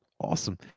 Awesome